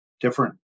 different